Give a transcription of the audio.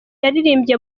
yaririmbye